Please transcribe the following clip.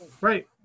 right